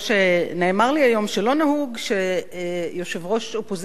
נאמר לי היום שלא נהוג שראש האופוזיציה